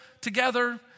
together